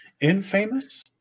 infamous